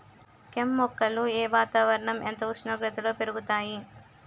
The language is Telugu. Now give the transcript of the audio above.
కెమ్ మొక్కలు ఏ వాతావరణం ఎంత ఉష్ణోగ్రతలో పెరుగుతాయి?